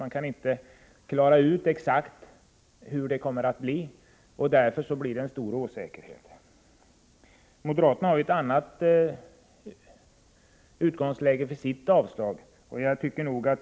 Man kan inte exakt klara ut hur det kommer att bli, och därför skapas det stor osäkerhet. Moderaterna har ett annat utgångsläge för sitt yrkande om avslag.